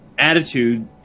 Attitude